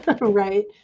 right